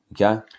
Okay